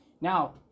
now